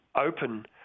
open